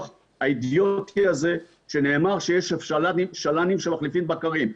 האידיוטי הזה שנאמר שיש של"נים שמחליפים בקרים.